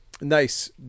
Nice